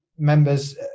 members